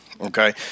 Okay